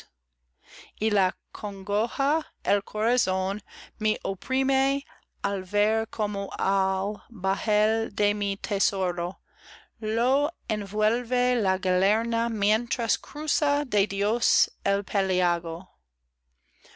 y la congoja el corazón me oprime al ver como al bajel de mi tesoro lo envuelve la galerna mientras cruza de dios